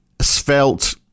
svelte